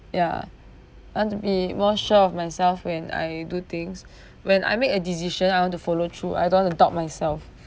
ya I want to be more sure of myself when I do things when I make a decision I want to follow through I don't want to doubt myself